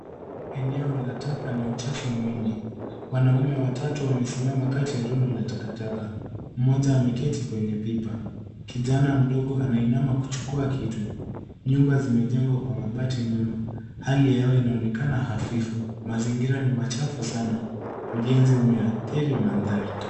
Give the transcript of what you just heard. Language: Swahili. Eneo la taka na uchafu mwingi. Wanaume watatu wamesimama kati ya rundo la takataka. Mmoja ameketi kwenye pipa. Kijana mdogo anainama kuchukua kitu. Nyumba zimejengwa kwa mabati nyuma. Hali ya hewa inaonekana hafifu. Mazingira ni machafu sana. Ujenzi umeathiri mandhari.